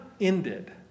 ended